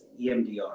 EMDR